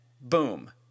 boom